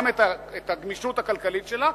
גם את הגמישות הכלכלית שלה,